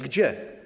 Gdzie?